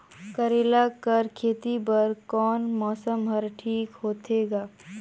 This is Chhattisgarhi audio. करेला कर खेती बर कोन मौसम हर ठीक होथे ग?